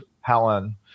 Helen